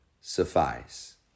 suffice